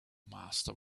master